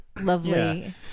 Lovely